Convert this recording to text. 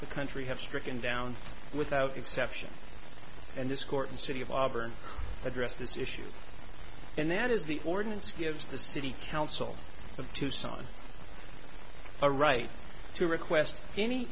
the country have stricken down without exception and this court and city of auburn addressed this issue and that is the ordinance gives the city council of tucson a right to request any